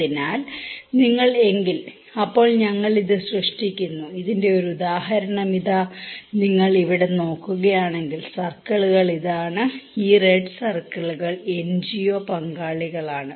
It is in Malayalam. അതിനാൽ നിങ്ങൾ എങ്കിൽ അപ്പോൾ ഞങ്ങൾ ഇത് സൃഷ്ടിക്കുന്നു ഇതിന്റെ ഒരു ഉദാഹരണം ഇതാ നിങ്ങൾ ഇവിടെ നോക്കുകയാണെങ്കിൽ സർക്കിളുകൾ ഇതാണ് ഈ റെഡ് സർക്കിളുകൾ എൻജിഒ പങ്കാളികളാണ്